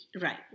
Right